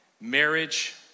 marriage